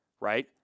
right